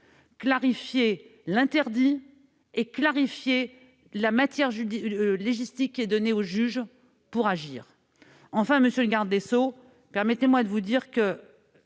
la loi, l'interdit, et la matière légistique donnée aux juges pour agir. Enfin, monsieur le garde des sceaux, permettez-moi de vous dire que